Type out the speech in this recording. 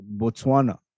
Botswana